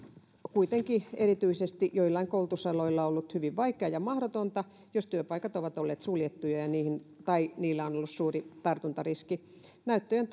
kuitenkin erityisesti joillain koulutusaloilla ollut hyvin vaikeaa tai mahdotonta jos työpaikat ovat olleet suljettuja tai niillä on ollut suuri tartuntariski näyttöjen